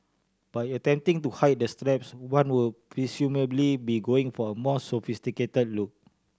by attempting to hide the straps one would presumably be going for a more sophisticated look